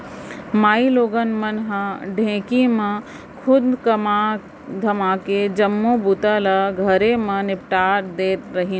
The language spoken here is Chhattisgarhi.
माइलोगन मन ह ढेंकी म खुंद कमा धमाके जम्मो बूता ल घरे म निपटा देत रहिन